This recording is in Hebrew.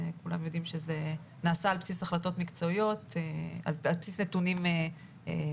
כולם יודעים שזה נעשה על בסיס נתונים יומיים,